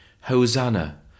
Hosanna